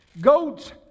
goats